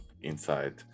inside